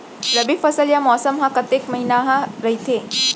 रबि फसल या मौसम हा कतेक महिना हा रहिथे?